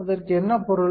அதற்கு என்ன பொருள்